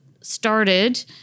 started